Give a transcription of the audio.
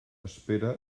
espera